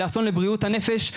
לאסון לבריאות הנפש,